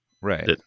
right